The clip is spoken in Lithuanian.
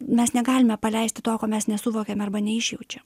mes negalime paleisti to ko mes nesuvokiam arba neišjaučiam